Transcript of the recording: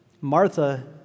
Martha